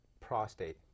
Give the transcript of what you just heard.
prostate